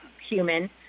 human